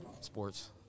sports